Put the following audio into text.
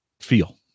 feel